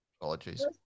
apologies